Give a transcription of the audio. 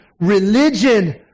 Religion